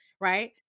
right